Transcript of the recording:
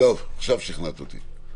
עכשיו שכנעת אותי.